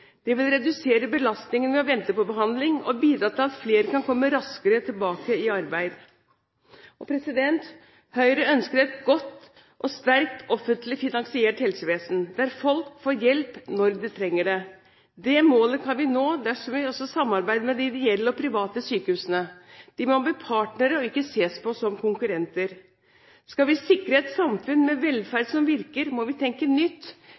Det vil redusere belastningen ved å vente på behandling og bidra til at flere kan komme raskere tilbake i arbeid. Høyre ønsker et godt og sterkt offentlig finansiert helsevesen, der folk får hjelp når de trenger det. Det målet kan vi nå dersom vi samarbeider med de ideelle og private sykehusene. De må bli partnere og ikke ses på som konkurrenter. Skal vi sikre et samfunn med velferd som virker, må vi tenke nytt.